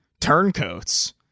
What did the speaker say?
turncoats